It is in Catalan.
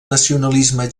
nacionalisme